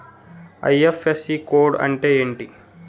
IFSC code అంటే ఏంటి?